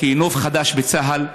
זה חדש בנוף בצה"ל,